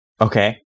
Okay